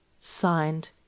Signed